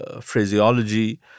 phraseology